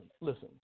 Listen